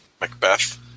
Macbeth